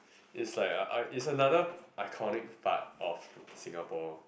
it's like uh I it's another acolyte part of Singapore